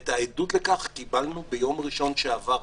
ואת העדות לכך קיבלנו ביום ראשון שעבר,